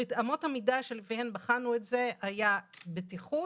אמות המידה שלפיהן בחנו את זה היה בטיחות